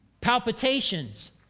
Palpitations